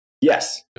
Yes